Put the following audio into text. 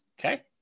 Okay